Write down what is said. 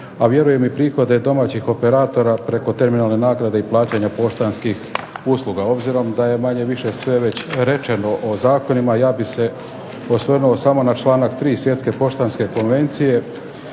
a vjerujem i prihode domaćih operatora preko terminalne naknade i plaćanja poštanskih usluga. Obzirom da je manje više sve već rečeno o zakonima ja bih se osvrnuo samo na članak 3. Svjetske poštanske konvencije